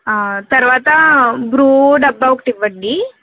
తర్వాతా బ్రూ డబ్బా ఒకటివ్వండి